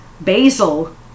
basil